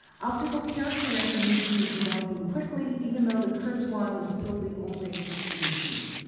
optical character recognition is developing quickly even though the kurzweil is still the only existing machine.